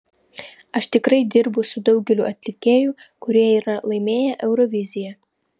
aš tikrai dirbu su daugeliu atlikėjų kurie yra laimėję euroviziją